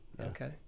Okay